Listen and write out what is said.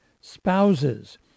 spouses